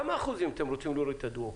בכמה אחוזים אתם רוצים להוריד את הדואופול?